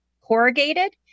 corrugated